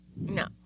No